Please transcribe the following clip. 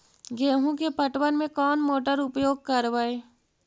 गेंहू के पटवन में कौन मोटर उपयोग करवय?